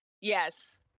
yes